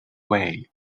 way